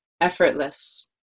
effortless